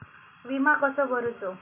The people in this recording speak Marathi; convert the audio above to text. विमा कसो भरूचो?